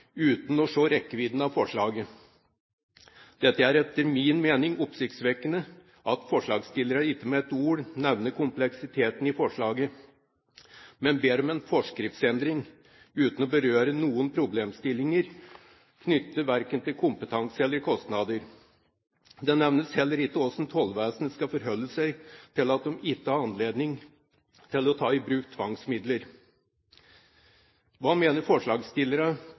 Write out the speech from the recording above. uten å se rekkevidden av forslaget. Det er etter min mening oppsiktsvekkende at forslagsstillerne ikke med et ord nevner kompleksiteten i forslaget, men ber om en forskriftsendring, uten å berøre noen problemstillinger knyttet til verken kompetanse eller kostnader. Det nevnes heller ikke hvordan tollvesenet skal forholde seg til at de ikke har anledning til å ta i bruk tvangsmidler. Hva mener